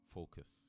Focus